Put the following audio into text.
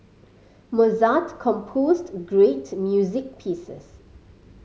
Mozart composed great music pieces